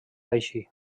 així